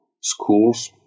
schools